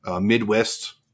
Midwest